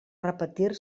repetir